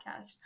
podcast